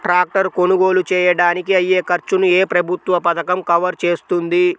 Tractor కొనుగోలు చేయడానికి అయ్యే ఖర్చును ఏ ప్రభుత్వ పథకం కవర్ చేస్తుంది?